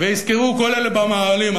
ויזכרו כל אלה במאהלים,